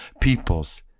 peoples